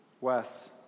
Wes